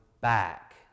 back